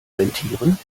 rentieren